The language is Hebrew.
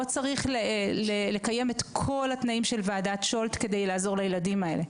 לא צריך לקיים את כל התנאים של ועדת שולט כדי לעזור לילדים האלה,